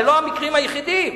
זה לא המקרים היחידים.